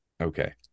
Okay